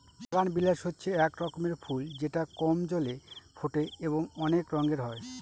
বাগানবিলাস হচ্ছে এক রকমের ফুল যেটা কম জলে ফোটে এবং অনেক রঙের হয়